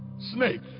snake